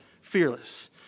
fearless